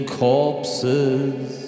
corpses